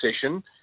session